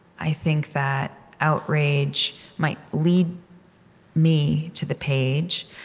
i think that outrage might lead me to the page,